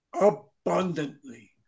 abundantly